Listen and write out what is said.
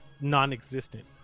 non-existent